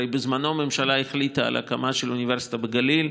הרי בזמנו הממשלה החליטה על הקמה של אוניברסיטה בגליל.